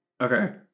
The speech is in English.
Okay